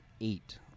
eight